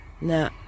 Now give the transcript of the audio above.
No